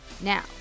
Now